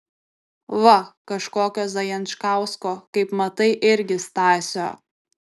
va kažkokio zajančkausko kaip matai irgi stasio